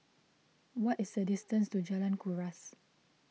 what is the distance to Jalan Kuras